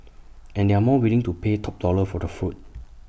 and they are more willing to pay top dollar for the fruit